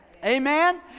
Amen